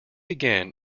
again